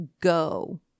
go